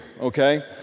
okay